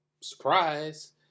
Surprise